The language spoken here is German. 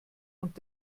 und